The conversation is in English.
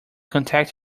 contact